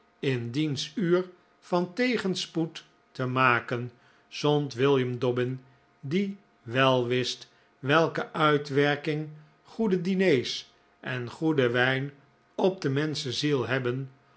in diens uur van tegenspoed te maken zond william dobbin die wel wist welke uitwerking goede diners en goede wijn op de menschenziel hebben